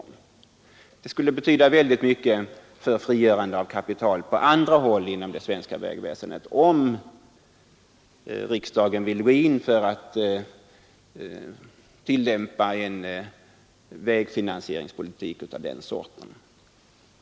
Det skulle betyda mycket för frigörande av kapital på andra områden inom det svenska vägväsendet om riksdagen ville gå in för att tillämpa en vägfinansieringspolitik av den sorten.